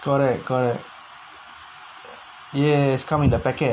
correct correct yes come in the packet